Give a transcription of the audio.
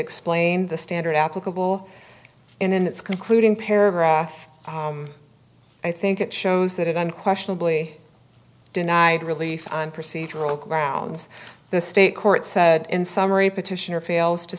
explained the standard applicable in its concluding paragraph i think it shows that it unquestionably denied relief on procedural grounds the state court said in summary petitioner fails to